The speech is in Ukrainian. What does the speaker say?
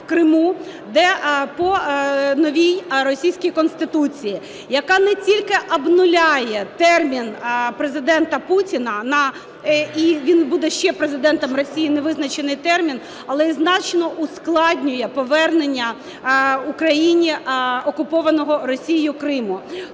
в Криму, де по новій російській Конституції, яка не тільки обнуляє термін Президента Путіна і він буде ще Президентом Росії невизначений термін, але і значно ускладнення повернення Україні окупованого Росією Криму.